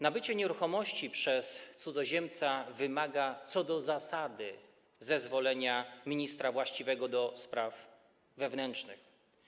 Nabycie nieruchomości przez cudzoziemca wymaga co do zasady zezwolenia ministra właściwego do spraw wewnętrznych.